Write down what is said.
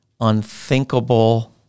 unthinkable